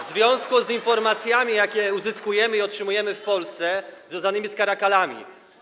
w związku z informacjami, jakie uzyskujemy i otrzymujemy w Polsce, związanymi z caracalami.